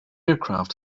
aircraft